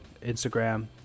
Instagram